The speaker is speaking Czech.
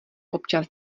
občas